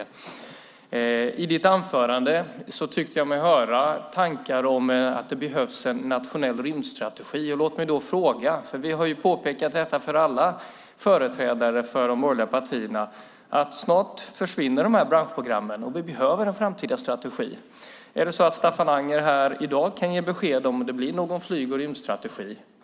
I Staffan Angers anförande tyckte jag mig höra tankar om att det behövs en nationell rymdstrategi. Låt mig då ställa en fråga. Vi har påpekat för alla företrädare för de borgerliga partierna att dessa branschprogram snart försvinner och att vi behöver en framtida strategi. Kan Staffan Anger här i dag ge besked om det blir någon flyg och rymdstrategi?